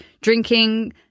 drinking